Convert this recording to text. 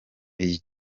iyi